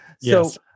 Yes